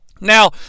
Now